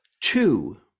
Two